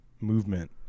movement